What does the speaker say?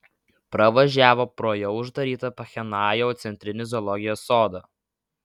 pravažiavo pro jau uždarytą pchenjano centrinį zoologijos sodą